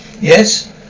Yes